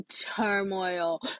turmoil